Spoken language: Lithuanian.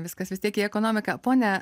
viskas vis tiek į ekonomiką pone